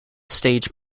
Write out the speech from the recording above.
stage